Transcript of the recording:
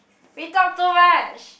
we talk too much